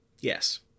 Yes